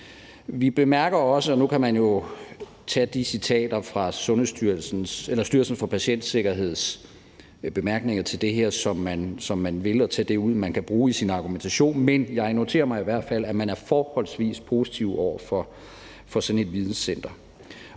i hvert fald, at man er forholdsvis positiv over for sådan et videncenter.